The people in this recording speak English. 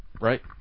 right